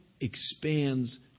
expands